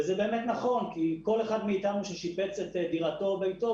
וזה באמת נכון כי כלל אחד מאתנו ששיפץ את דירתו ואת ביתו,